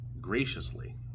graciously